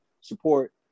support